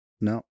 No